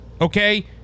okay